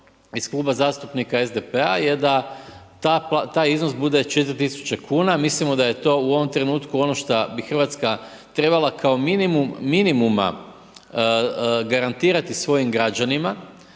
iz Kluba zastupnika SPD-a je da taj iznos bude 4000kn. Mislimo da je to u ovom trenutku ono što bi Hrvatska trebala kao minimum minimuma garantirati svojim građanima.